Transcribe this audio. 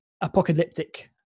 apocalyptic